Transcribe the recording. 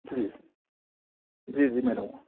ٹھیک جی جی میں رہوں گا